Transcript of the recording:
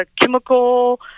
chemical